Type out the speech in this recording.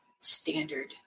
standard